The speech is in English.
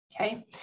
okay